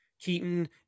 Keaton